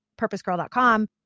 PurposeGirl.com